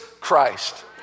Christ